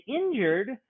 injured